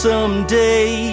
Someday